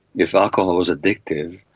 if alcohol was addictive,